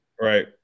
Right